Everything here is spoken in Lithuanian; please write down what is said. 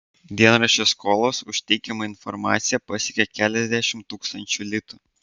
dienraščio skolos už teikiamą informaciją pasiekė keliasdešimt tūkstančių litų